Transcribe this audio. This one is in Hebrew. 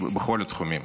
בכל התחומים.